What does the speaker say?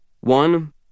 One